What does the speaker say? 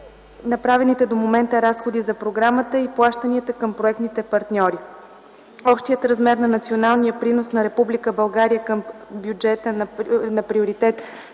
направените до момента разходи за програмата и плащанията към проектните партньори. Общият размер на националния принос на Република България към бюджета на приоритет